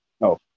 No